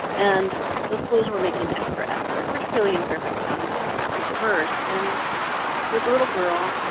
and so schools were making an extra effort, particularly in fairfax county where it's very diverse. and there was a little girl,